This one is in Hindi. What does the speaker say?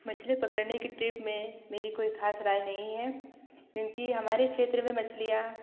मछली पकड़ने कि ट्रिप में मेरी कोई खास राय नहीं है क्योंकि हमारे क्षेत्र में मछलियाँ